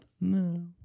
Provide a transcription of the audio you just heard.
No